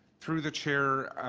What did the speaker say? through the chair,